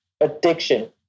addiction